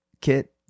kit